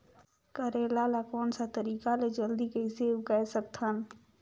करेला ला कोन सा तरीका ले जल्दी कइसे उगाय सकथन?